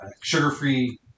sugar-free